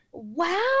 Wow